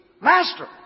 Master